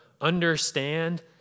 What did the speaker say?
understand